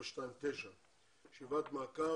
החלטת ממשלה מס' 429. ישיבת מעקב,